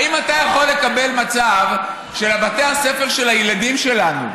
האם אתה יכול לקבל מצב שלבתי הספר של הילדים שלנו,